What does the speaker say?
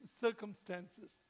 circumstances